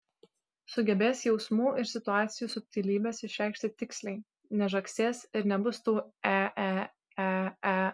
sugebės jausmų ir situacijų subtilybes išreikšti tiksliai nežagsės ir nebus tų e e e e